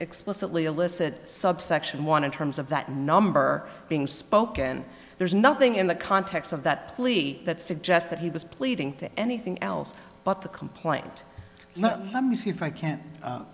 explicitly illicit subsection one in terms of that number being spoken there's nothing in the context of that plea that suggests that he was pleading to anything else but the complaint let me see if i can't